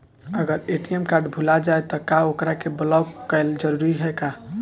अगर ATM card भूला जाए त का ओकरा के बलौक कैल जरूरी है का?